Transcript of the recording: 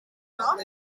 nog